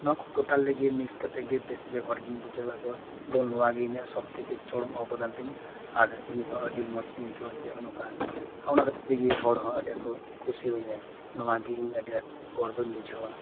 ᱱᱚᱶᱟ ᱠᱚ ᱴᱳᱴᱟᱞᱤ ᱜᱮ ᱢᱤᱠᱥ ᱠᱟᱛᱮᱫ ᱜᱮ ᱵᱮᱥᱤᱨ ᱵᱷᱟᱜᱽ ᱦᱚᱲ ᱜᱮᱧ ᱵᱩᱡᱷᱟᱹᱣ ᱟᱠᱟᱫ ᱠᱚᱣᱟ ᱮᱵᱚᱝ ᱱᱚᱶᱟ ᱜᱮ ᱤᱧᱟᱹᱜ ᱥᱚᱵᱽ ᱛᱷᱮᱠᱮ ᱪᱚᱨᱚᱢ ᱚᱵᱚᱫᱟᱱ ᱛᱤᱧ ᱟᱨ ᱤᱧ ᱦᱚᱸ ᱟᱹᱰᱤ ᱢᱚᱸᱡᱽ ᱤᱧ ᱟᱹᱭᱠᱟᱹᱣᱟ ᱡᱮ ᱱᱚᱝᱠᱟ ᱚᱱᱟ ᱠᱷᱟᱹᱛᱤᱨ ᱛᱮᱜᱮ ᱦᱚᱲ ᱦᱚᱸ ᱟᱹᱰᱤ ᱟᱸᱴ ᱠᱚ ᱠᱩᱥᱤᱣᱟᱹᱧᱟᱹ ᱱᱚᱶᱟᱜᱮ ᱤᱧ ᱟᱹᱰᱤ ᱟᱸᱴ ᱜᱚᱨᱵᱚᱧ ᱵᱩᱡᱷᱟᱹᱣᱟ